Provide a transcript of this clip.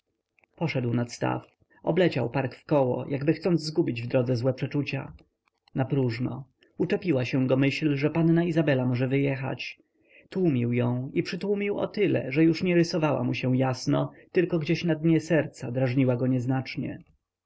poszedł nad staw obleciał park wokoło jakby chcąc zgubić w drodze złe przeczucia napróżno uczepiła go się myśl że panna izabela może wyjechać tłumił ją i przytłumił o tyle że już nie rysowała mu się jasno tylko gdzieś na dnie serca drażniła go nieznacznie